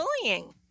bullying